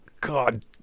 God